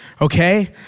Okay